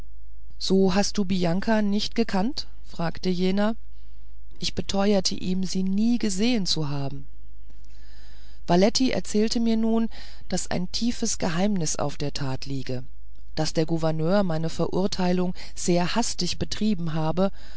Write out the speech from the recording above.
so hast du bianka nicht gekannt fragte jener ich beteuerte ihm sie nie gesehen zu haben valetty erzählte mir nun daß ein tiefes geheimnis auf der tat liege daß der gouverneur meine verurteilung sehr hastig betrieben habe